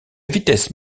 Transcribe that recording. vitesse